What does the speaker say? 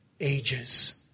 ages